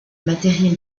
matériel